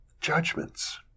judgments